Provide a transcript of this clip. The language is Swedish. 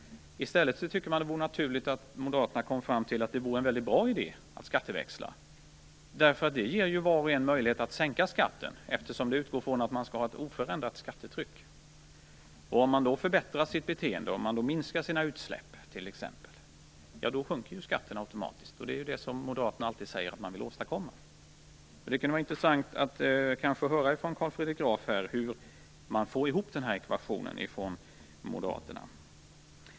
I stället tycker jag att det vore naturligt att Moderaterna kom fram till att det vore en mycket bra idé att skatteväxla. Det ger ju var och en möjlighet att sänka skatten, eftersom det utgår ifrån att vi skall ha ett oförändrat skattetryck. Om man då förbättrar sitt beteende och minskar sina utsläpp, sjunker ju skatten automatiskt. Och det är ju det som Moderaterna alltid säger att de vill åstadkomma. Det kunde vara intressant att höra från Carl Fredrik Graf hur den ekvationen går ihop.